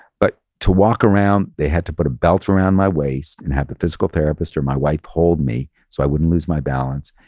but to walk around, they had to put a belt around my waist and have the physical therapist or my wife pulled me so i wouldn't lose my balance.